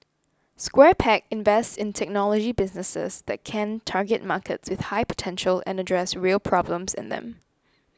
Square Peg invests in technology businesses that can target markets with high potential and address real problems in them